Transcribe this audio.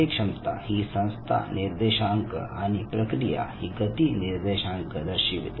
कार्यक्षमता ही संस्था निर्देशांक आणि प्रक्रिया ही गती निर्देशांक दर्शविते